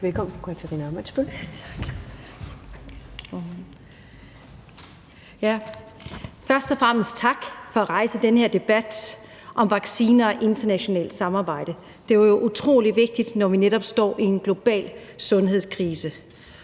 (Ordfører) Katarina Ammitzbøll (KF): Først og fremmest tak for at rejse den her debat om vacciner og internationalt samarbejde. Det er jo utrolig vigtigt, når vi netop står i en global sundhedskrise.